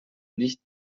nicht